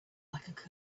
like